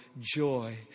joy